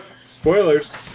Spoilers